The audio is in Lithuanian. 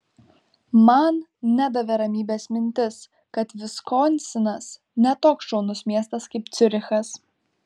man nedavė ramybės mintis kad viskonsinas ne toks šaunus miestas kaip ciurichas